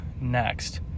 next